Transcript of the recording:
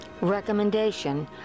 recommendation